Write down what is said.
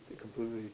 completely